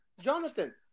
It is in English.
Jonathan